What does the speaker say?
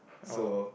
so